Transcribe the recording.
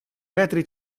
metri